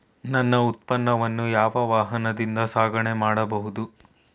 ನನ್ನ ಉತ್ಪನ್ನವನ್ನು ಯಾವ ವಾಹನದಿಂದ ಸಾಗಣೆ ಮಾಡಬಹುದು?